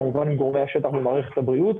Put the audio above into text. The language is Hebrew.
כמובן עם גורמי השטח במערכת הבריאות,